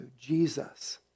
Jesus